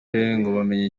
bamenye